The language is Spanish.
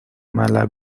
mala